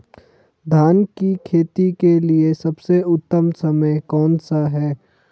धान की खेती के लिए सबसे उत्तम समय कौनसा है?